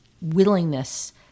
willingness